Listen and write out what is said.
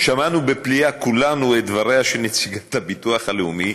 שמענו בפליאה כולנו את דבריה של נציגת הביטוח הלאומי,